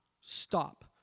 stop